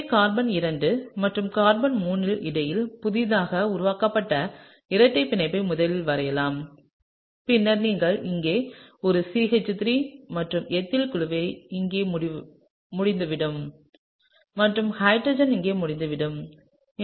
எனவே கார்பன் 2 மற்றும் கார்பன் 3 க்கு இடையில் புதிதாக உருவாக்கப்பட்ட இரட்டை பிணைப்பை முதலில் வரையலாம் பின்னர் நீங்கள் இங்கே ஒரு CH3 மற்றும் எத்தில் குழு இங்கே முடிந்துவிட்டது மற்றும் ஹைட்ரஜன் இங்கே முடிந்துவிட்டது